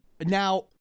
Now